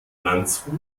landshut